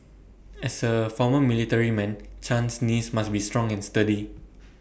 as A former military man Chan's knees must be strong and sturdy